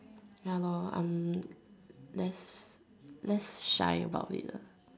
ya lor I'm less less shy about it ah